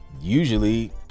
usually